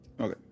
Okay